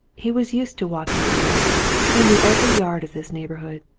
he was used to walking at night he knew every yard of this neighbourhood.